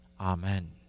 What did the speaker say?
Amen